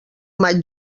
maig